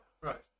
Right